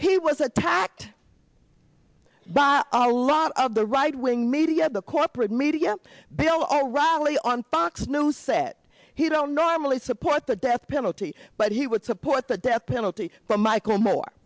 he was attacked by a lot of the right wing media the corporate media bill o'reilly on fox news said he don't normally support the death penalty but he would support the death penalty for michael moore